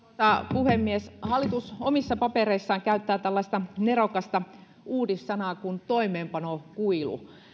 puhemies hallitus omissa papereissaan käyttää tällaista nerokasta uudissanaa kuin toimeenpanokuilu